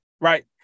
Right